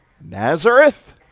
Nazareth